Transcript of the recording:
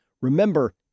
Remember